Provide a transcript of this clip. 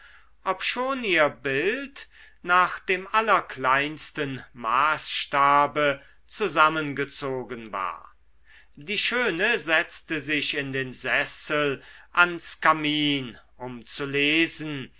obschon ihr bild nach dem allerkleinsten maßstabe zusammengezogen war die schöne setzte sich in den sessel ans kamin um zu lesen